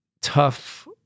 tough